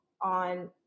on